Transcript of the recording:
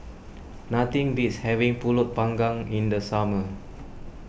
nothing beats having Pulut Panggang in the summer